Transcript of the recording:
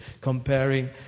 comparing